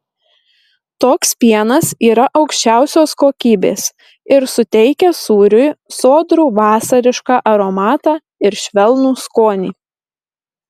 toks pienas yra aukščiausios kokybės ir suteikia sūriui sodrų vasarišką aromatą ir švelnų skonį